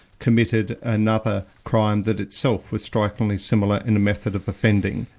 committed another crime that itself was strikingly similar in the method of offending,